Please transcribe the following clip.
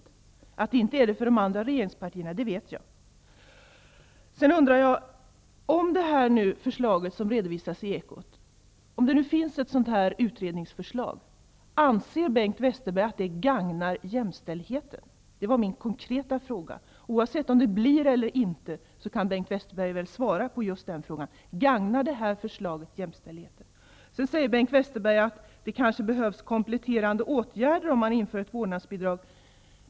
Att det inte är detsamma som jämställdhet för de andra regeringspartierna vet jag. Jag undrar också om Bengt Westerberg anser att det utredningsförslag -- om det nu finns -- som har redovisats i Ekot gagnar jämställdheten? Det är min konkreta fråga. Oavsett om förslaget förverkligas eller ej, kan väl Bengt Westberg svara på frågan. Bengt Westerberg säger också att det kanske behövs kompletterande åtgärder, om man inför ett vårdnadsbidrag.